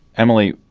emily,